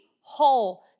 whole